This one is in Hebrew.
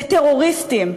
לטרוריסטים,